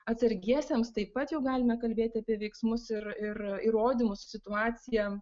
atsargiesiems taip pat jau galime kalbėti apie veiksmus ir ir įrodymus situaciją